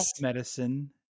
medicine